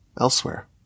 elsewhere